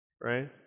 right